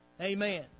Amen